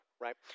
right